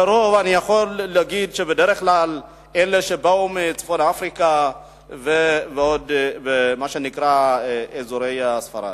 לרוב אני יכול להגיד שאלה שבאו מצפון-אפריקה ומה שנקרא "אזורי ספרד".